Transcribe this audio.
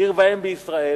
עיר ועם בישראל,